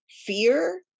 fear